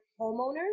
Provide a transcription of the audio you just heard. homeowners